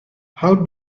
how